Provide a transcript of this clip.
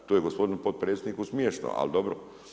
To je gospodinu potpredsjedniku smiješno, ali dobro.